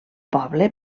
poble